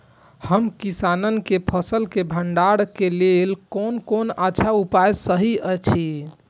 हम किसानके फसल के भंडारण के लेल कोन कोन अच्छा उपाय सहि अछि?